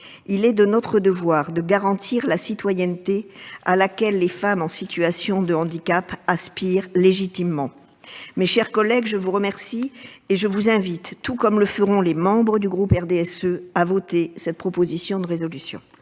Il est de notre devoir de garantir la citoyenneté à laquelle les femmes en situation de handicap aspirent légitimement. Mes chers collègues, je vous invite, tout comme le feront les membres du groupe du RDSE, à voter cette proposition de résolution.